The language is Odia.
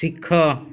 ଶିଖ